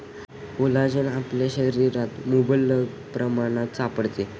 collagen आपल्या शरीरात मुबलक प्रमाणात सापडते